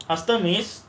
first time is